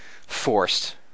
forced